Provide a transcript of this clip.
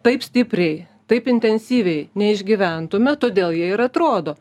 taip stipriai taip intensyviai neišgyventume todėl jie ir atrodo